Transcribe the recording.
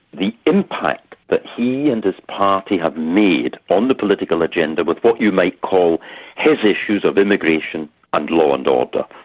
the impact that but he and his party have made on the political agenda, with what you might call his issues of immigration and law and order,